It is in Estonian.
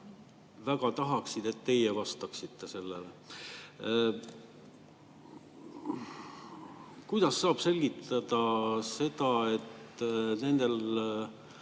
väga tahaksid, et teie vastaksite sellele. Kuidas saab selgitada seda, et nendel